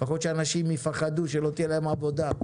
לפחות שאנשים יפחדו שלא תהיה להם עבודה,